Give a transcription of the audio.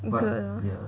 okay lah